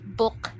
book